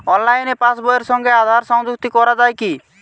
অনলাইনে পাশ বইয়ের সঙ্গে আধার সংযুক্তি করা যায় কি?